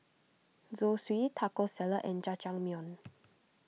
Zosui Taco Salad and Jajangmyeon